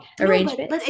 Arrangement